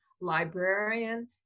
librarian